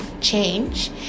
change